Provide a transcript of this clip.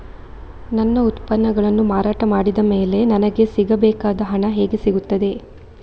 ನನ್ನ ಉತ್ಪನ್ನಗಳನ್ನು ಮಾರಾಟ ಮಾಡಿದ ಮೇಲೆ ನನಗೆ ಸಿಗಬೇಕಾದ ಹಣ ಹೇಗೆ ಸಿಗುತ್ತದೆ?